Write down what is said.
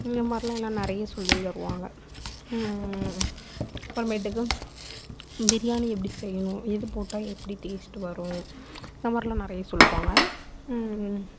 இந்த மாதிரிலா எல்லா நிறையா சொல்லி தருவாங்க அப்புறமேட்டுக்கு பிரியாணி எப்படி செய்யணும் எது போட்டா எப்படி டேஸ்ட் வரும் அதா மாதிரிலா நிறையா சொல்லுவாங்க